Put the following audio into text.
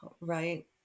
right